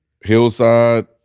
Hillside